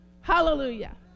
Hallelujah